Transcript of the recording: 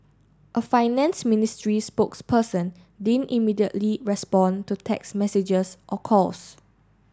a finance ministry spokesperson didn't immediately respond to text messages or calls